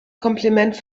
kompliment